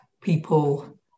people